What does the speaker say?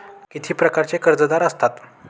किती प्रकारचे कर्जदार असतात